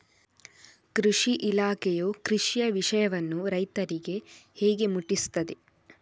ಕೃಷಿ ಇಲಾಖೆಯು ಕೃಷಿಯ ವಿಷಯವನ್ನು ರೈತರಿಗೆ ಹೇಗೆ ಮುಟ್ಟಿಸ್ತದೆ?